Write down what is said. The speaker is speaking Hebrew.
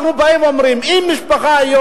אנחנו באים ואומרים: אם משפחה ממתינה